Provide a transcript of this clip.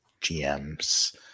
GMs